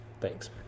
Thanks